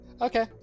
Okay